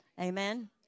Amen